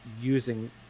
using